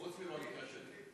חוץ מבמקרה שלי.